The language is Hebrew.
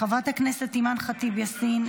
חברת הכנסת אימאן ח'טיב יאסין,